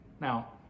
Now